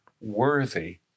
worthy